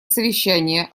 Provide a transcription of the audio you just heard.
совещание